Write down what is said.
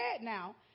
now